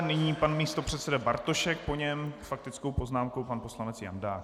Nyní pan místopředseda Bartošek, po něm s faktickou poznámkou pan poslanec Jandák.